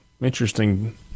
Interesting